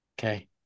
Okay